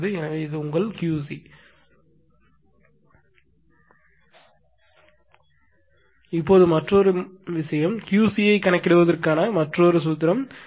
எனவே இது உங்கள் QC இப்போது மற்றொரு விஷயம் QC ஐ கணக்கிடுவதற்கான மற்றொரு சூத்திரம் Ptan θ1 − tan θ2